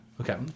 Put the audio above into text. Okay